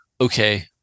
okay